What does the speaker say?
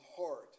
heart